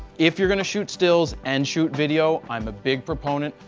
if you're going to shoot stills and shoot video, i'm a big proponent.